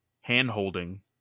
hand-holding